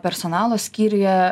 personalo skyriuje